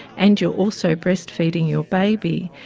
and you're also breastfeeding your baby,